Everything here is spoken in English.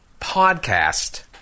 podcast